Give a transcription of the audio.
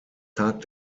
tag